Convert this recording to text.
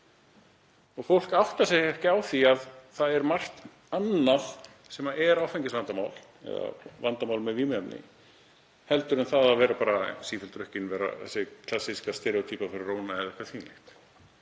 og fólk áttar sig ekki á því að það er margt annað sem er áfengisvandamál eða vandamál með vímuefni en að vera bara sífellt drukkinn, vera þessi klassíska steríótýpa af róna eða eitthvað þvílíkt.